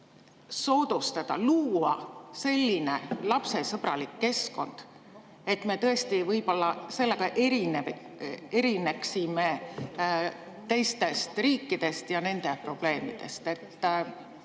võimalus luua sellist lapsesõbralikku keskkonda, et me tõesti võib-olla selle poolest erineksime teistest riikidest ja nende probleemidest?